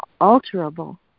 alterable